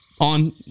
on